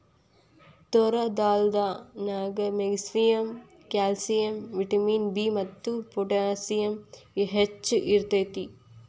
ತೋರ್ ದಾಲ್ ನ್ಯಾಗ magnesium, calcium, vitamin B ಮತ್ತು potassium ಹೆಚ್ಚ್ ಇರ್ತೇತಿ